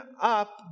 up